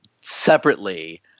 separately